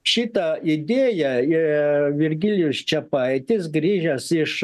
šitą idėją ir virgilijus čepaitis grįžęs iš